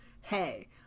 Hey